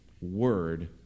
word